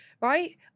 right